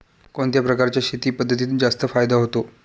कोणत्या प्रकारच्या शेती पद्धतीत जास्त फायदा होतो?